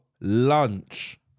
lunch